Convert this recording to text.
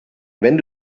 wenn